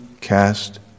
cast